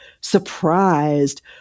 surprised